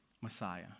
Messiah